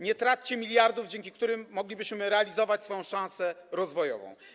Nie traćcie miliardów, dzięki którym moglibyśmy realizować swoją szansę rozwojową.